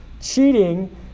cheating